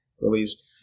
released